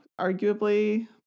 Arguably